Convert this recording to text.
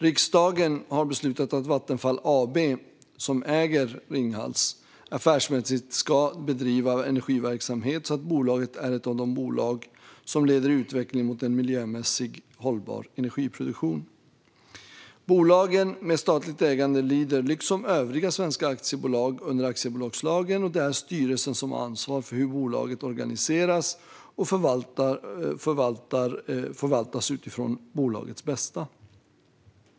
Riksdagen har beslutat att Vattenfall AB, som äger Ringhals, affärsmässigt ska bedriva energiverksamhet så att bolaget är ett av de bolag som leder utvecklingen mot en miljömässigt hållbar energiproduktion. Bolagen med statligt ägande lyder liksom övriga svenska aktiebolag under aktiebolagslagen, och det är styrelsen som har ansvar för hur bolaget organiseras och förvaltas utifrån bolagets bästa.